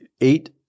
eight